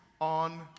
on